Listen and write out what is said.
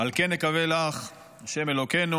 "על כן נקווה לך ה' אלוקינו",